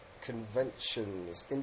Conventions